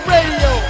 Radio